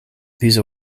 these